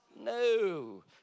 No